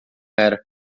era